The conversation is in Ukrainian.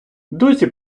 досі